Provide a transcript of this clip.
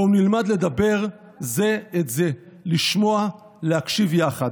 בואו נלמד לדבר זה את זה, לשמוע, להקשיב, יחד,